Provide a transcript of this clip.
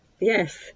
yes